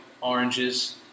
oranges